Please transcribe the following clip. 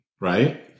Right